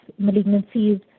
malignancies